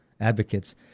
advocates